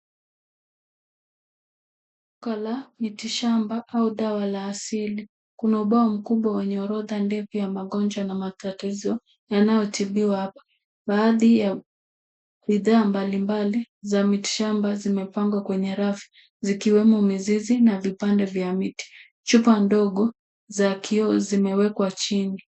Duka la miti shamba au dawa la asili. Kuna ubao mkubwa wenye orodha ndefu ya magonjwa na matatizo yanayotibiwa hapa. Baadhi ya bidhaa mbalimbali za miti shamba zimepangwa kwenye rafu, zikiwemo mizizi na vipande vya miti. Chupa ndogo za kioo zimewekwa chini.